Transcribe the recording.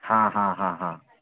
हा हा हा हा